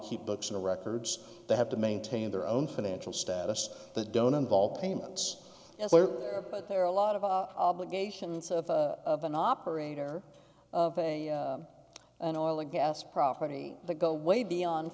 keep books and records they have to maintain their own financial status that don't involve payments but there are a lot of our obligations of an operator of a an oil and gas property that go way beyond